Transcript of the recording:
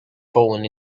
fallen